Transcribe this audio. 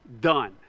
done